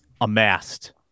amassed